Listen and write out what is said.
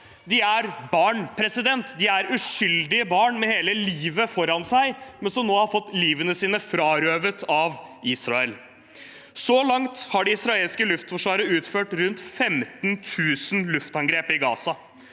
De er barn. De er uskyldige barn som hadde hele livet foran seg, men som nå er blitt frarøvet det av Israel. Så langt har det israelske luftforsvaret utført rundt 15 000 luftangrep i Gaza.